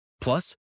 plus